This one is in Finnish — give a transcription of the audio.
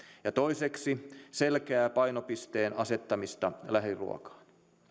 ja toiseksi selkeää painopisteen asettamista lähiruokaan